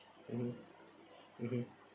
mmhmm mmhmm